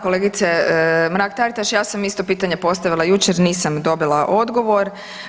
Da, kolegice Mrak Taritaš, ja sam isto pitanje postavila jučer nisam dobila odgovor.